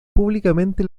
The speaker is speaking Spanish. públicamente